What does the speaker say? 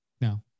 No